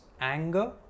anger